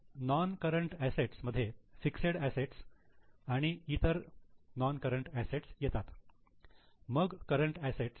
तर non current assets मध्ये fixed assets आणि इतर नोन करंट असेट्स येतात मग करंट असेट्स